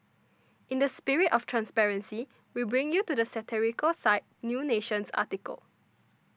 in the spirit of transparency we bring to you satirical site New Nation's article